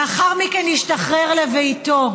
לאחר מכן הוא השתחרר לביתו.